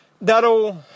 that'll